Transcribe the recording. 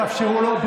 תאפשרו לו,